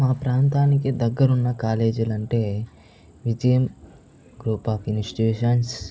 మన ప్రాంతానికి దగ్గరున్న కాలేజీలంటే లిథియం గ్రూప్ ఆఫ్ ఇన్స్టిట్యూషన్స్